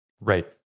right